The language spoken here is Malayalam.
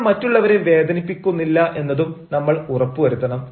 നമ്മൾ മറ്റുള്ളവരെ വേദനിപ്പിക്കുന്നില്ല എന്നതും നമ്മൾ ഉറപ്പുവരുത്തണം